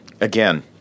again